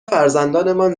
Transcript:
فرزندانمان